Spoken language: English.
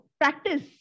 practice